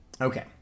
Okay